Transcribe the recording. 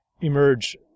emerge